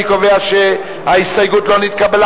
אני קובע שההסתייגות לא נתקבלה.